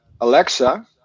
Alexa